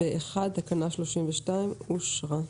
הצבעה אושרה.